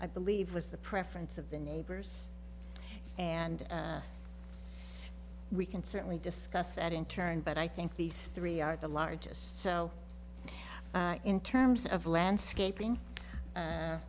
i believe was the preference of the neighbors and we can certainly discuss that in turn but i think these three are the largest so in terms of landscaping